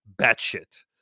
batshit